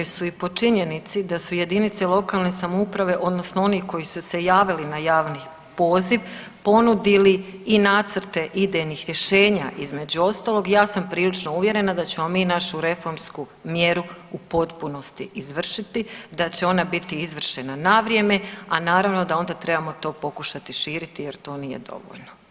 O interesu i po činjenici da su jedinice lokalne samouprave, odnosno oni koji su se javili na javni poziv ponudili i nacrte idejnih rješenja između ostalog ja sam prilično uvjerena da ćemo mi našu reformsku mjeru u potpunosti izvršiti, da će ona biti izvršena na vrijeme, a naravno da onda trebamo to pokušati širiti jer to nije dovoljno.